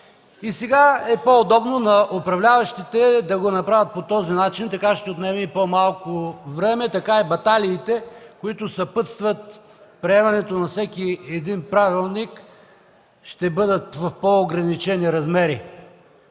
И сега е по-удобно на управляващите да го направят по този начин. Така ще отнеме и по-малко време, така и баталиите, които съпътстват приемането на всеки един правилник, ще бъдат в по-ограничени размери.